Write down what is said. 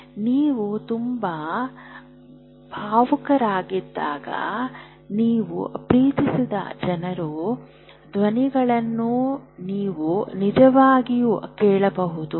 ನೀವು ತುಂಬಾ ಭಾವುಕರಾಗಿದ್ದಾಗ ನೀವು ಪ್ರೀತಿಸಿದ ಜನರ ಧ್ವನಿಗಳನ್ನು ನೀವು ನಿಜವಾಗಿಯೂ ಕೇಳಬಹುದು